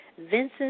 Vincent